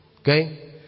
Okay